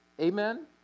Amen